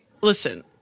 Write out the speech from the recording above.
listen